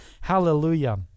Hallelujah